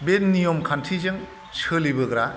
बे नियम खान्थिजों सोलिबोग्रा